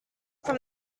from